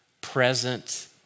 present